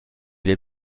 del